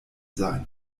sein